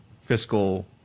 fiscal